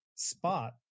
spot